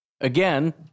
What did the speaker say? Again